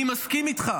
אני מסכים איתך.